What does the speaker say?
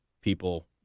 people